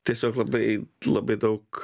tiesiog labai labai daug